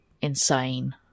insane